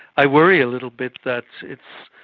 i worry a little bit that it's